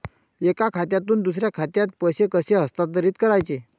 एका खात्यातून दुसऱ्या खात्यात पैसे कसे हस्तांतरित करायचे